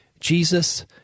Jesus